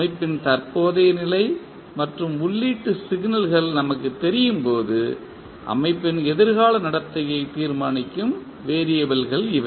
அமைப்பின் தற்போதைய நிலை மற்றும் உள்ளீட்டு சிக்னல்கள் நமக்கு தெரியும் போது அமைப்பின் எதிர்கால நடத்தையை தீர்மானிக்கும் வெறியபிள்கள் இவை